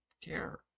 care